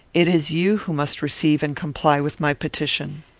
it is you who must receive and comply with my petition.